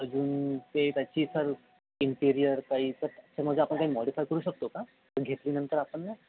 अजून ते त्याची सर इंटिरियर काही सर सर म्हणजे आपण काही मॉडीफाय करू शकतो का घेतल्यानंतर आपण ना